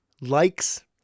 Likes